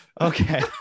okay